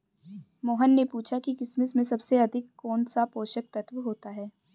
मोहन ने पूछा कि किशमिश में सबसे अधिक कौन सा पोषक तत्व होता है?